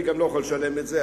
וגם לא יכול לשלם את זה,